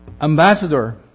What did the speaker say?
Ambassador